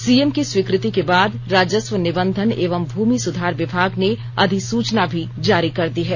CM की स्वीकृति के बाद राजस्व निबंधन एवं भूमि सुधार विभाग ने अधिसूचना भी जारी कर दी है